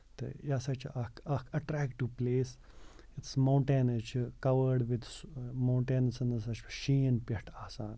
تہٕ یہِ ہسا چھُ اکھ اکھ ایٹریکٹو پٔلیس یَتھ أسۍ موٹینٔز چھِ کَوٲڑ وِد موٹینسن ہسا چھُ شیٖن پٮ۪ٹھ آسان